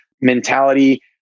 mentality